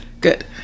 Good